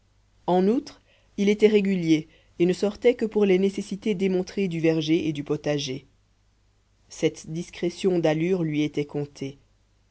en outre il était régulier et ne sortait que pour les nécessités démontrées du verger et du potager cette discrétion d'allures lui était comptée